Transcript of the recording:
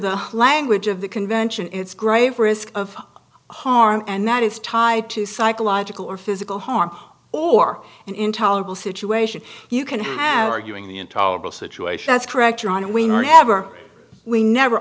the language of the convention it's grave risk of harm and that is tied to psychological or physical harm or an intolerable situation you can have arguing the intolerable situation that's correct you're on a winner never we never